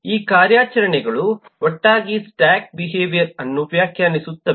ಈ ಕಾರ್ಯಾಚರಣೆಗಳು ಒಟ್ಟಾಗಿ ಸ್ಟ್ಯಾಕ್ ಬಿಹೇವಿಯರ್ ಅನ್ನು ವ್ಯಾಖ್ಯಾನಿಸುತ್ತವೆ